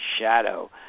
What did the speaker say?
shadow